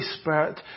Spirit